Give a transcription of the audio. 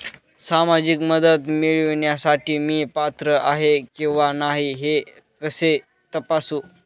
सामाजिक मदत मिळविण्यासाठी मी पात्र आहे किंवा नाही हे कसे तपासू?